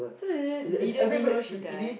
so the leader didn't know she died